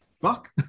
fuck